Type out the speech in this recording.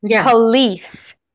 police